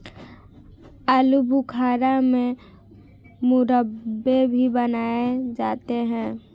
आलू बुखारा से मुरब्बे भी बनाए जाते हैं